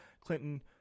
Clinton